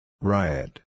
Riot